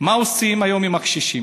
מה עושים היום עם הקשישים?